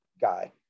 guy